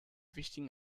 wichtigen